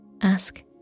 ask